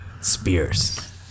Spears